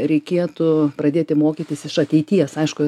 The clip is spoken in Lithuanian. reikėtų pradėti mokytis iš ateities aišku